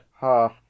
Half